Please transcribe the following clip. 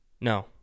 No